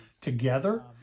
together